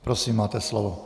Prosím, máte slovo.